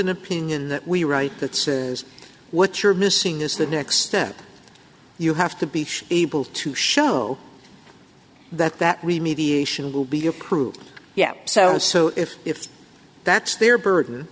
an opinion that we're right that's what you're missing is the next step you have to be able to show that that we mediation will be approved yeah so so if if that's their burden